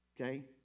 okay